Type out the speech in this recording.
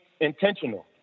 intentional